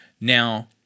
Now